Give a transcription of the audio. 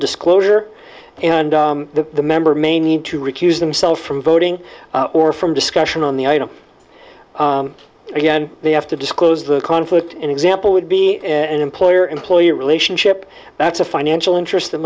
disclosure and the member may need to recuse themselves from voting or from discussion on the item again they have to disclose the conflict an example would be an employer employee relationship that's a financial interest that